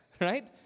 right